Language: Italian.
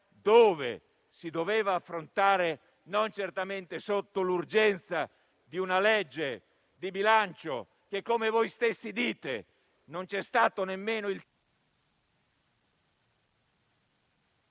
dove si doveva affrontare non certamente sotto l'urgenza di una legge di bilancio ma - come voi stessi dite - con il tempo necessario